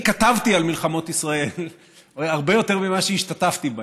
אני כתבתי על מלחמות ישראל הרבה יותר ממה שהשתתפתי בהן,